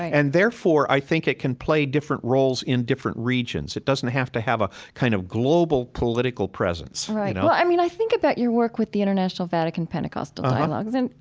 and, therefore, i think it can play different roles in different regions it doesn't have to have a kind of global political presence right. well, i mean, i think about your work with the international vatican-pentecostal dialogues and,